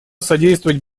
содействовать